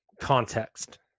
context